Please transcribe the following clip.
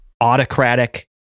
autocratic